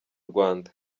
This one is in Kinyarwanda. rwanda